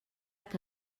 que